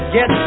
Get